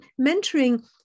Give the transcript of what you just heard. mentoring